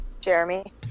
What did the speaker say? Jeremy